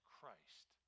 Christ